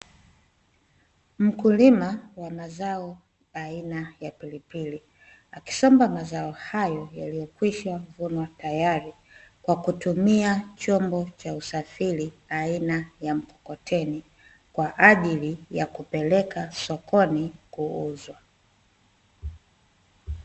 Mkulima wa mazao aina ya pilipili akisomba mazao hayo yaliyo kwisha kuvunwa tayari, kwa kutumia chombo cha usafiri aina ya mkokoteni kwaajili ya kupeleka sokoni kuuzwa.